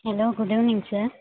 hello good evening sir